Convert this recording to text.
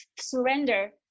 surrender